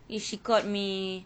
if she caught me